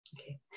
okay